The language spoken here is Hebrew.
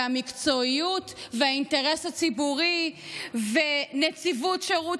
והמקצועיות והאינטרס הציבורי ונציבות שירות